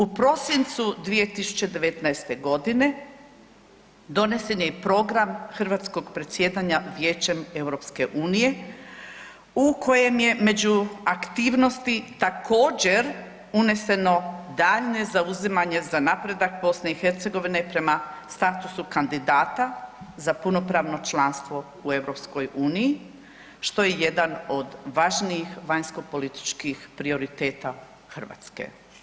U prosincu 2019.g. donesen je i Program hrvatskog predsjedanja Vijećem EU u kojem je među aktivnosti također uneseno dalje zauzimanje za napredak BiH prema statusu kandidata za punopravno članstvo u EU što je jedan od važnijih vanjskopolitičkih prioriteta Hrvatske.